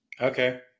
Okay